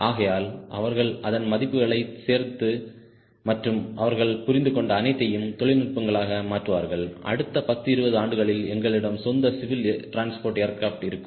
ஆகையால் அவர்கள் அதன் மதிப்புகளைச் சேர்த்து மற்றும் அவர்கள் புரிந்துகொண்ட அனைத்தையும் தொழில்நுட்பங்களாக மாற்றுவார்கள் அடுத்த 10 20 ஆண்டுகளில் எங்களிடம் சொந்த சிவில் ட்ரான்ஸ்போர்ட் ஏர்கிராப்ட் இருக்கும்